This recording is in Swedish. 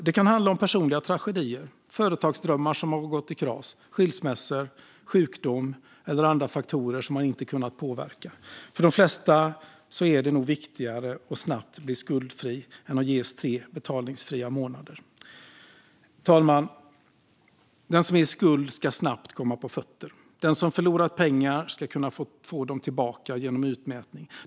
Det kan handla om personliga tragedier, företagsdrömmar som gått i kras, skilsmässor, sjukdom eller andra faktorer som man inte kunnat påverka. För de flesta är det nog viktigare att snabbt bli skuldfri än att ges tre betalningsfria månader. Fru talman! Den som är i skuld ska snabbt komma på fötter. Den som förlorat pengar ska kunna få dem tillbaka genom utmätning.